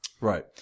Right